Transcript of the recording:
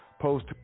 post